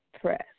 press